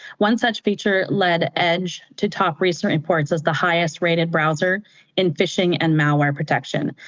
one such feature lead edge to top present importance as the highest rated browser in phishing and malware protection.